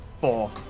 Four